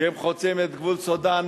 שהם חוצים את גבול סודן,